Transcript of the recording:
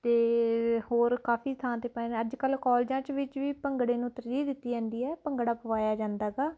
ਅਤੇ ਹੋਰ ਕਾਫ਼ੀ ਥਾਂ 'ਤੇ ਪਾਏ ਨੇ ਅੱਜ ਕੱਲ੍ਹ ਕਾਲਜਾਂ 'ਚ ਵਿੱਚ ਵੀ ਭੰਗੜੇ ਨੂੰ ਤਰਜੀਹ ਦਿੱਤੀ ਜਾਂਦੀ ਹੈ ਭੰਗੜਾ ਪਵਾਇਆ ਜਾਂਦਾ ਗਾ